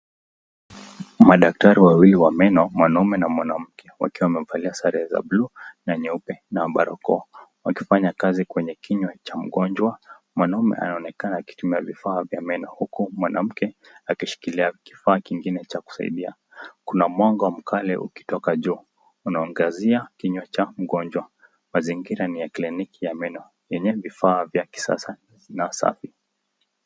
Madaktari wawili wa meno mwanamume na mwanamke wakiwa wamevalia sare za blue na nyeupe na barakoa wakifanya kazi kwenye kimya cha mgonjwa. Mwanamume anaonekana akitumia vifaa vya meno huku mwanamke akishikilia kifaa kingine cha kusaidia. Kuna mwanga mkale ukitoka juu unaangazia kinywa cha mgonjwa. Mazingira ni ya kliniki ya meno yenye vifaa za kisasa na safi.